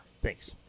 Thanks